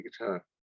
guitar